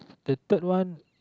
the third one